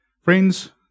Friends